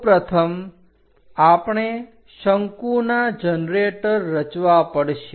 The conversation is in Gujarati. સૌપ્રથમ આપણે શંકુના જનરેટર રચવા પડશે